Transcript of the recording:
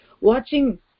watching